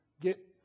get